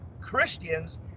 Christians